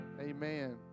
amen